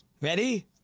Ready